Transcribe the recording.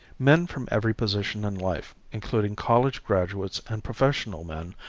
men from every position in life, including college graduates and professional men,